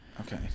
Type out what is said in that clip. Okay